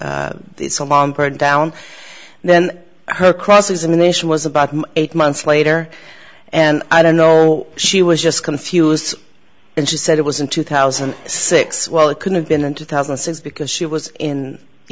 and then her cross examination was about eight months later and i don't know she was just confused when she said it was in two thousand and six well it could have been in two thousand and six because she was in the